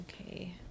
Okay